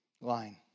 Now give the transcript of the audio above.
line